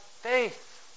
faith